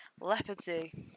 Leopardy